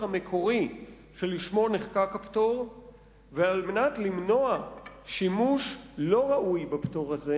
המקורי שלשמו נחקק הפטור ועל מנת למנוע שימוש לא ראוי בפטור הזה